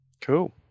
cool